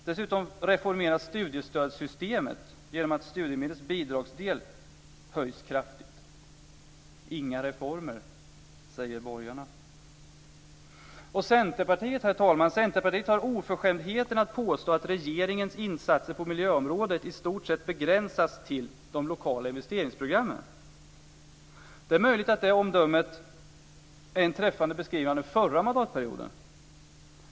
Dessutom reformeras studiestödssystemet genom att studiemedlets bidragsdel höjs kraftigt. "Inga reformer", säger borgarna. Herr talman! Och Centerpartiet har oförskämdheten att påstå att regeringens insatser på miljöområdet i stort sett begränsas till de lokala investeringsprogammen. Det är möjligt att det omdömet är en träffande beskrivning av den förra mandatperioden.